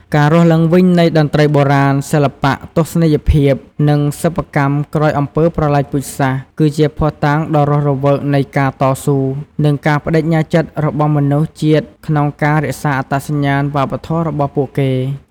ការរស់ឡើងវិញនៃតន្ត្រីបុរាណ សិល្បៈទស្សនីយភាព និងសិប្បកម្មក្រោយអំពើប្រល័យពូជសាសន៍ គឺជាភស្តុតាងដ៏រស់រវើកនៃការតស៊ូ និងការប្តេជ្ញាចិត្តរបស់មនុស្សជាតិក្នុងការរក្សាអត្តសញ្ញាណវប្បធម៌របស់ពួកគេ។